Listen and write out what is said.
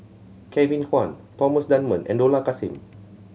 Kevin Kwan Thomas Dunman and Dollah Kassim